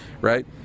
right